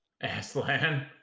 Aslan